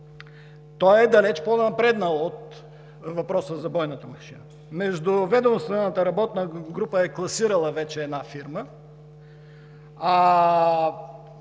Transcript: Той е далеч по-напреднал от въпроса за бойната машина. Междуведомствената работна група е класирала вече една фирма,